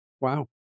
Wow